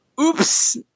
oops